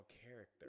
character